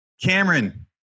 Cameron